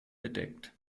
bedeckt